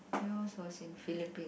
yours was in Philippines